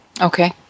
Okay